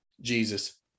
Jesus